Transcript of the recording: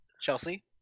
Chelsea